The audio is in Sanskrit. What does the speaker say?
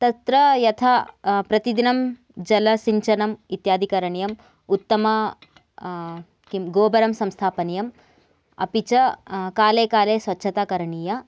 तत्र यथा प्रतिदिनं जलसिञ्चनम् इत्यादि करणीयम् उत्तम किं गोबरं संस्थापनीयम् अपि च काले काले स्वच्छता करणीया